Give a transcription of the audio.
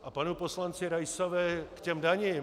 A panu poslanci Raisovi k těm daním.